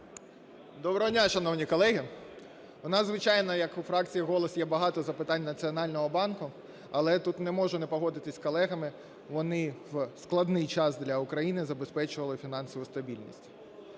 Доброго дня, шановні колеги! У нас, звичайно, як у фракції "Голос" є багато запитань до Національного банку. Але тут не можу не погодитись з колегами, вони в складний час для України забезпечували фінансову стабільність.